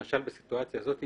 למשל בסיטואציה הזאת,